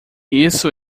isso